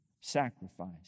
sacrifice